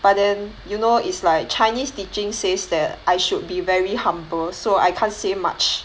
but then you know is like chinese teaching says that I should be very humble so I can't say much